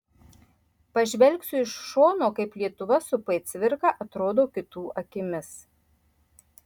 pažvelgsiu iš šono kaip lietuva su p cvirka atrodo kitų akimis